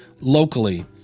locally